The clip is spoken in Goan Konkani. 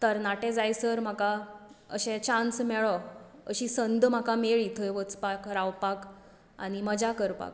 तरनाटें जाय सर म्हाका अशें चान्स मेळ्ळो अशी संद म्हाका मेळ्ळी थंय वचपाक रावपाक आनी मजा करपाक